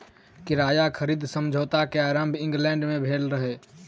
किराया खरीद समझौता के आरम्भ इंग्लैंड में भेल रहे